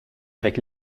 avec